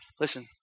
Listen